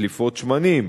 דליפות שמנים,